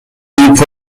پره